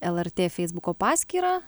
lrt feisbuko paskyra